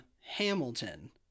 Hamilton